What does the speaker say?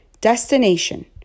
destination